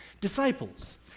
disciples